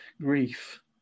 grief